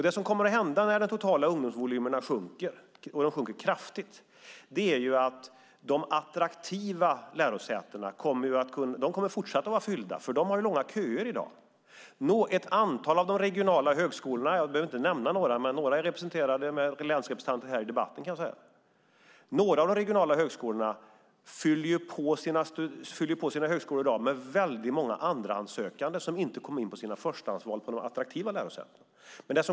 Det som kommer att hända när de totala ungdomsvolymerna sjunker - och de sjunker kraftigt - är att de attraktiva lärosätena kommer att fortsätta att vara fyllda. De har ju långa köer i dag. Ett antal av de regionala högskolorna - jag behöver inte nämna dem men några har länsrepresentanter med i debatten - fylls i dag med många andrahandssökande som inte kom in på sina förstahandsval på de attraktiva lärosätena.